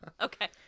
okay